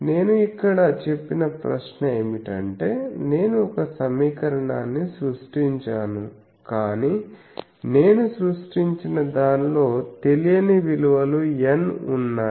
నేను ఇక్కడ చెప్పిన ప్రశ్న ఏమిటంటే నేను ఒక సమీకరణాన్ని సృష్టించాను కానీ నేను సృష్టించిన దానిలో తెలియని విలువలు N ఉన్నాయి